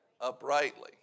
uprightly